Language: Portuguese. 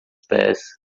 pés